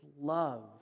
love